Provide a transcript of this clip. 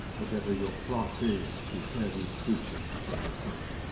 whatever your plot is to tear these creatures from their summit,